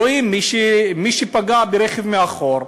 רואים מי שפגע ברכב מאחור,